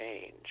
change